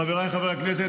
חבריי חברי הכנסת,